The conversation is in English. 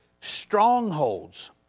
strongholds